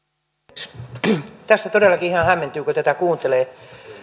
arvoisa puhemies tässä todellakin ihan hämmentyy kun kuuntelee